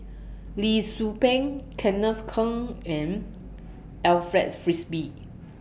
Lee Tzu Pheng Kenneth Keng and Alfred Frisby